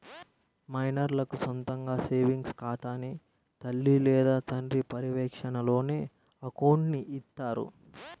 మైనర్లకు సొంతగా సేవింగ్స్ ఖాతాని తల్లి లేదా తండ్రి పర్యవేక్షణలోనే అకౌంట్ని ఇత్తారు